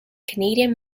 canadian